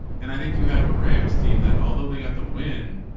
and i think you have a rams team that although they got the win,